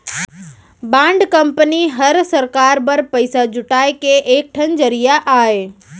bond company हर सरकार बर पइसा जुटाए के एक ठन जरिया अय